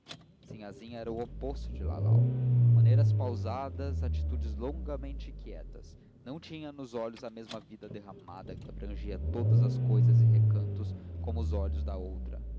moças sinhazinha era o oposto de lalau maneiras pausadas atitudes longamente quietas não tinha nos olhos a mesma vida derramada que abrangia todas as cousas e recantos como os olhos da outra